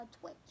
Twitch